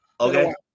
Okay